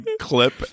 clip